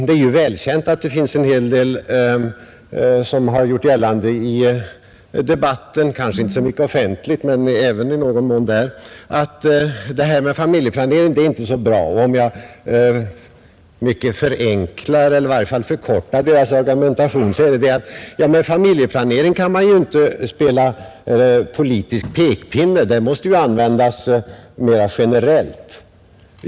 Det är välkänt att en hel del människor gjort gällande i debatten — kanske inte så mycket i den offentliga debatten, men även där i någon mån — att det där med familjeplanering inte är så bra. Om jag mycket förkortar deras argumentation går den ut på att man inte kan använda familjeplaneringen som politisk pekpinne, utan att den tyvärr måste tillgripas mer generellt. Och det tycker man inte om.